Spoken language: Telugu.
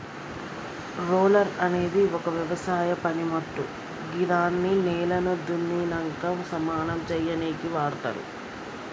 రోలర్ అనేది ఒక వ్యవసాయ పనిమోట్టు గిదాన్ని నేలను దున్నినంక సమానం సేయనీకి వాడ్తరు